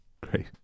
Great